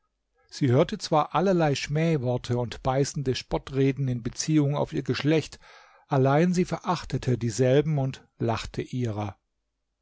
sie hörte zwar allerlei schmähworte und beißende spottreden in beziehung auf ihr geschlecht allein sie verachtete dieselben und lachte ihrer